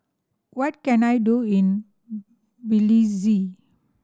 what can I do in Belize